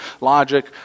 logic